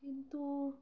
কিন্তু